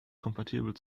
kompatibel